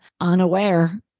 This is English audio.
unaware